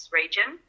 region